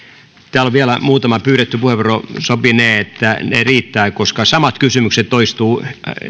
täällä on vielä muutama pyydetty puheenvuoro sopinee että ne riittävät koska samat kysymykset toistuvat